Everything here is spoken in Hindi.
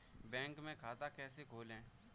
बैंक में खाता कैसे खोलें?